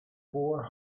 four